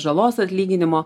žalos atlyginimo